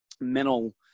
mental